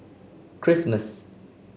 Christmas